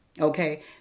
Okay